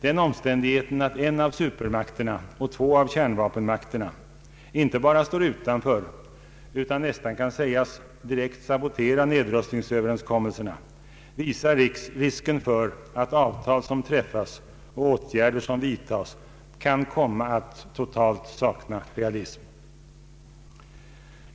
Den omständigheten att en av supermakterna och två av kärnvapenmakterna inte bara står utanför utan nästan kan sägas direkt sabotera nedrustningsöverenskommelserna visar risken för att avtal som träffas och åtgärder som vidtas kan komma att totalt sakna realism.